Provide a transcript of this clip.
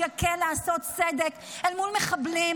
הוא יקל על עשיית צדק אל מול מחבלים,